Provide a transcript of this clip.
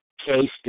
Case